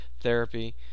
Therapy